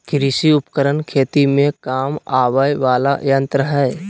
कृषि उपकरण खेती में काम आवय वला यंत्र हई